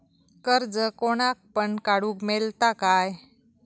कर्ज कोणाक पण काडूक मेलता काय?